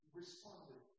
responded